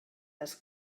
les